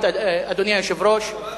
ואני מבקש לסיים.